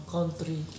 Country